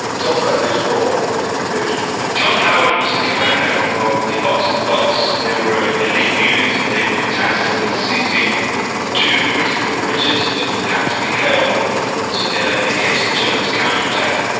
tell us about his role in the invasion john howard was the commander of the ox and bucks. they were an elite unit, and they were tasked with seizing two critical bridges that had to be held in case the germans counterattacked.